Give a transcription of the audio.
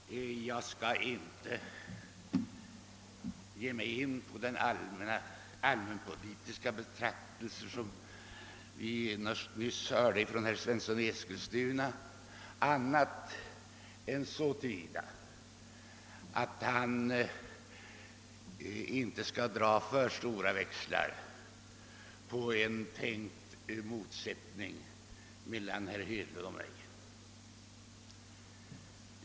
Herr talman! Jag skall inte gå in på de allmänna politiska betraktelser, som vi nyss fått höra från herr Svensson i Eskilstuna, annat än genom att säga att han inte skall dra för stora växlar på en tänkt motsättning mellan herr Hedlund och mig.